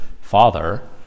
father